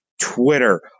Twitter